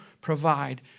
provide